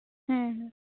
ᱦᱮᱸ ᱦᱮᱸ